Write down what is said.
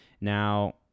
now